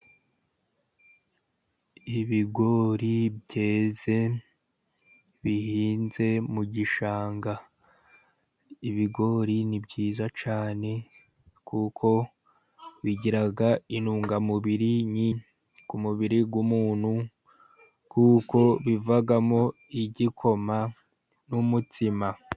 Ibigori byeze, bihinze mu gishanga. Ibigori ni byiza cyane kuko bigira intungamubiri ku mubiri w'umuntu, kuko bivamo igikoma n'umutsima.